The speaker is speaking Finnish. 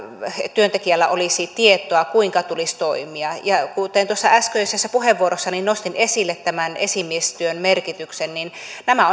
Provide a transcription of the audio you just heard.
työntekijällä olisi tietoa kuinka tulisi toimia ja kuten tuossa äskeisessä puheenvuorossani nostin esille tämän esimiestyön merkityksen niin nämä